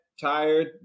Tired